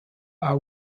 are